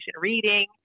reading